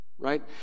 right